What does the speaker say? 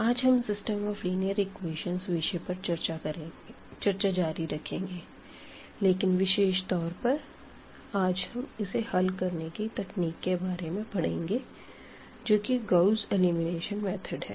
आज हम system of linear equations विषय पर चर्चा जारी रखेंगे लेकिन विशेष तौर पर आज हम इसे हल करने की तकनीक के बारे में पढ़ेंगे जो कि गाउस एलिमिनेशन मेथड है